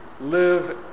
live